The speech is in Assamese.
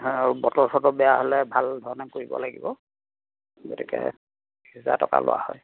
আৰু বতৰ চতৰ বেয়া হ'লে ভাল ধৰণে কৰিব লাগিব গতিকে বিশ হাজাৰ টকা লোৱা হয়